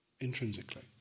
intrinsically